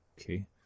Okay